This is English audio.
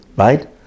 Right